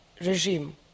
regime